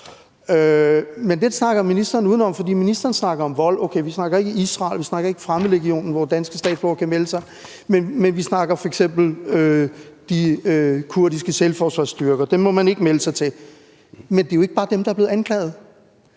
men den snakker ministeren udenom, fordi ministeren snakker om vold. Okay, vi snakker ikke Israel, og vi snakker ikke fremmedlegionen, hvor danske statsborgere kan melde sig, men vi snakker f.eks. de kurdiske selvforsvarsstyrker – dem må man ikke melde sig til. Men det er jo ikke bare dem, der er blevet anklaget.